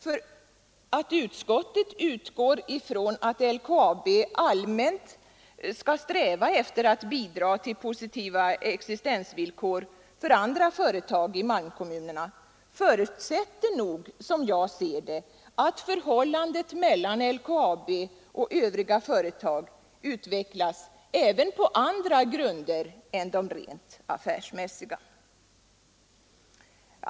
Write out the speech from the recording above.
Den omständigheten att utskottet utgår från att LKAB allmänt skall sträva efter att bidra till positiva existensvillkor för andra företag i malmkommunerna förutsätter nog, som jag ser det, att förhållandet mellan LKAB och övriga företag utvecklas även på andra grunder än de rent affärsmässiga.